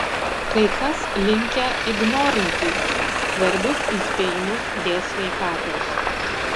kai kas linkę ignorinti svarbius įspėjimus dėl sveikatos